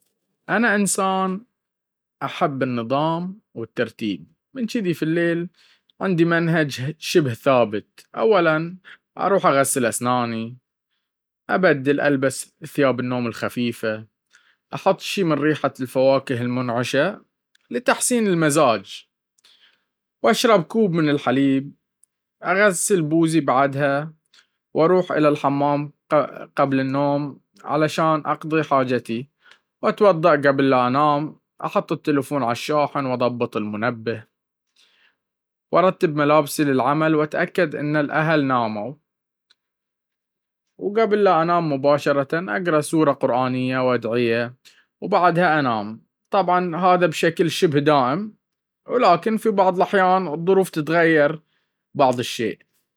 أنا انسان أحب النظام والترتيب من جدي في الليل عندي منهج شبه ثابت, أولا أروح أغسل أسناني, أبدل البس ثياب النوم الخفيفة, احط شي من ريحة الفواكه المنعشة لتحسين المزاج, واشرب كوب من الحليب, أغسل بوزي بعدها, وأروح الى الحمام قبل النوم علشان اقضي حاجتي وأتوضاء قبل لا أنام أحط التلفون على الشاحن وأضبط المنبه, وأرتب ملابسي للعمل وأتاكد أنه الاهل نامو, وقبل ما أنام مباشرة أقرء سورة قرأنية وأدعية وبعدها أنام, طبعا هذا بشكل شبه دائم ولكن في بعض الأحيان الظروف تتغير بعض الشيء.